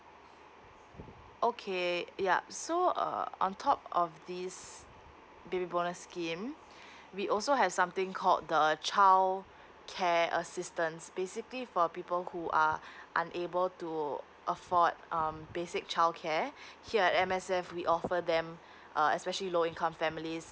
okay yup so uh on top of this baby bonus scheme we also have something called the the childcare assistance basically for people who are unable to afford um basic childcare here at M_S_F we offer them err especially low income families